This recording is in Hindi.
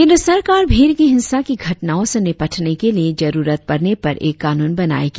केंद्र सरकार भीड़ की हिंसा की घटनाओं से निपटने के लिए जरुरत पड़ने पर एक कानून बनायेगी